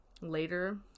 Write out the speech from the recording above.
later